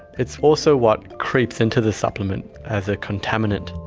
it's also what creeps into the supplement as a contaminant.